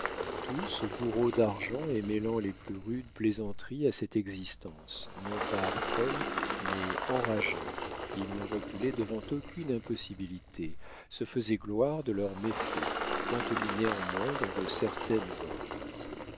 encore tous bourreaux d'argent et mêlant les plus rudes plaisanteries à cette existence non pas folle mais enragée ils ne reculaient devant aucune impossibilité se faisaient gloire de leurs méfaits contenus néanmoins dans de certaines bornes